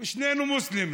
ושנינו מוסלמים.